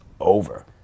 over